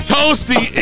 Toasty